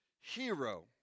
hero